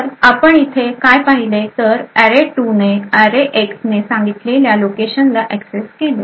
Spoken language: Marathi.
तर आपण इथे काय पाहिले तर अरे2 ने अरे X ने सांगितलेल्या लोकेशनला एक्सेस केले